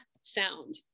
sound